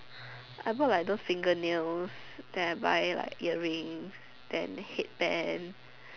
I bought like those fingernails then I buy like earrings then head band